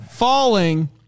Falling